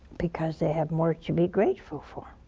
because they have more to be grateful for.